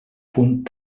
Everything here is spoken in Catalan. punt